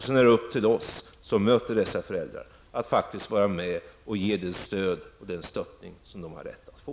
Sedan är det upp till oss som möter dessa föräldrar att ge det stöd som de har rätt att få.